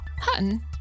Hutton